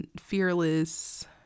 fearless